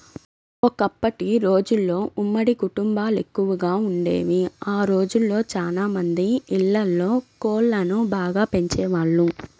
ఒకప్పటి రోజుల్లో ఉమ్మడి కుటుంబాలెక్కువగా వుండేవి, ఆ రోజుల్లో చానా మంది ఇళ్ళల్లో కోళ్ళను బాగా పెంచేవాళ్ళు